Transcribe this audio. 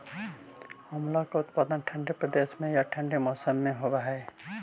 आंवला का उत्पादन ठंडे प्रदेश में या ठंडे मौसम में होव हई